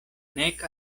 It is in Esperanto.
nek